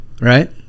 Right